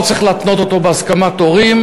ולא צריך להתנות אותו בהסכמת הורים.